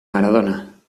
maradona